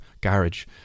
garage